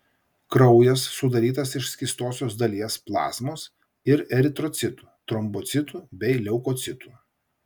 kraujas sudarytas iš skystosios dalies plazmos ir eritrocitų trombocitų bei leukocitų